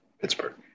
Pittsburgh